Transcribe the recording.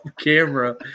camera